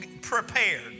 prepared